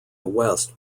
west